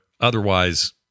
otherwise